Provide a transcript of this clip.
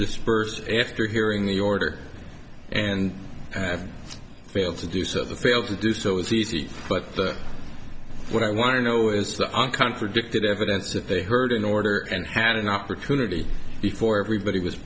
disperse after hearing the order and have failed to do so of the failed to do so is easy but what i want to know is the one contradicted evidence that they heard in order and had an opportunity before everybody was